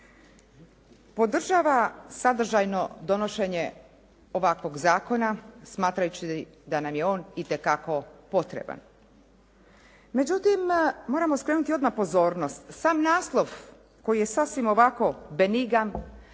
podržava sadržajno donošenje ovakvog zakona smatrajući da nam je on itekako potreban. Međutim moramo skrenuti odmah pozornost, sam naslov koji je sasvim ovako benigan,